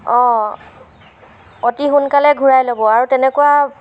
অঁ অতি সোনকালে ঘূৰাই ল'ব আৰু তেনেকুৱা